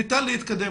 לדעתי ניתן להתקדם.